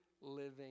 living